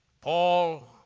Paul